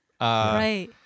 Right